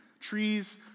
Trees